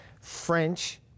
French